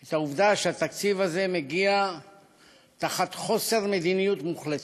את העובדה שהתקציב הזה מגיע תחת חוסר מדיניות מוחלט.